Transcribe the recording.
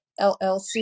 LLC